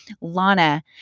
Lana